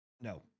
No